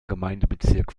gemeindebezirk